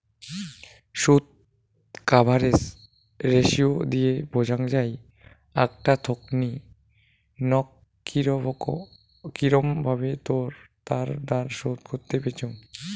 শুধ coverage ratio দিয়ে বোঝাং যাই আকটা থোঙনি নক কিরম ভাবে তার ধার শোধ করত পিচ্চুঙ